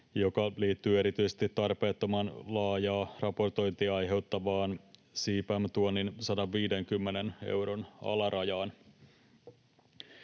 joka liittyy erityisesti tarpeettoman laajaa raportointia aiheuttavaan, CBAM-tuonnin 150 euron alarajaan.